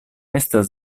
estas